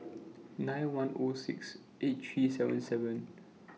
nine one O six eight three seven seven